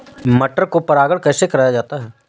मटर को परागण कैसे कराया जाता है?